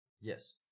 Yes